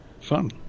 Fun